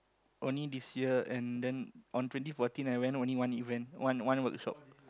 only this year and then on twenty fourteen I went only one event one workshop